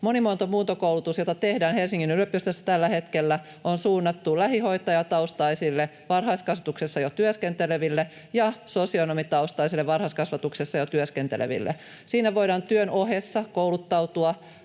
Monimuoto-, muuntokoulutus, jota tehdään Helsingin yliopistossa tällä hetkellä, on suunnattu lähihoitajataustaisille varhaiskasvatuksessa jo työskenteleville ja sosionomitaustaisille varhaiskasvatuksessa jo työskenteleville. Siinä voidaan työn ohessa kouluttautua